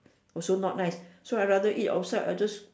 also not nice so I'd rather eat outside I just